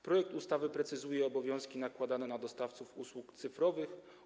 Projekt ustawy precyzuje obowiązki nakładane na dostawców usług cyfrowych,